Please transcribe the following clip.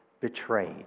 betrayed